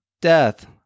death